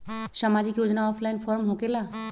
समाजिक योजना offline form होकेला?